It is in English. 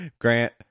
Grant